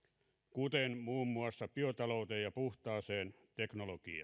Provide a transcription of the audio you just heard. kuten muun muassa biotalouteen ja puhtaaseen teknologiaan